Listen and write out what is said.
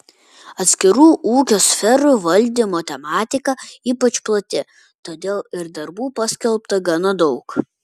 atskirų ūkio sferų valdymo tematika ypač plati todėl ir darbų paskelbta gana daug